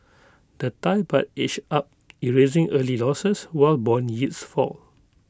the Thai Baht edged up erasing early losses while Bond yields fall